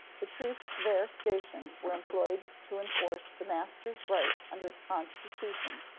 the troops there stationed were employed to enforce the master's right under the constitution,